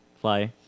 fly